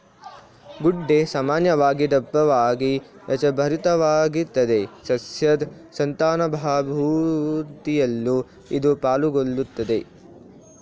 ಗೆಡ್ಡೆ ಸಾಮಾನ್ಯವಾಗಿ ದಪ್ಪವಾಗಿ ರಸಭರಿತವಾಗಿರ್ತದೆ ಸಸ್ಯದ್ ಸಂತಾನಾಭಿವೃದ್ಧಿಯಲ್ಲೂ ಇದು ಪಾಲುಗೊಳ್ಳುತ್ದೆ